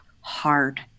hard